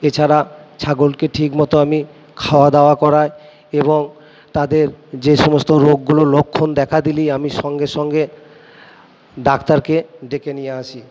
এছাড়া ছাগলকে ঠিক মতো আমি খাওয়া দাওয়া করাই এবং তাদের যে সমস্ত রোগগুলো লক্ষণ দেখা দিলেই আমি সঙ্গে সঙ্গে ডাক্তারকে ডেকে নিয়ে আসি